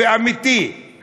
ואמיתי,